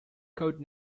code